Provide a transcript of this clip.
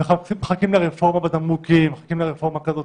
מחכים לרפורמה בתמרוקים, ומחכים לרפורמה כזו.